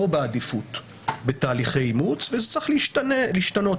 בעדיפות בתהליכי אימוץ וזה צריך להשתנות.